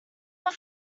were